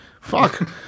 Fuck